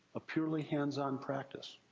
a purely hands-on practice.